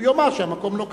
הוא יאמר שהמקום לא כשר.